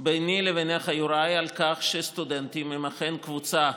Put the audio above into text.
ביני לבינך, יוראי, על כך שסטודנטים הם אכן קבוצה,